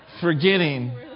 forgetting